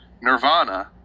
nirvana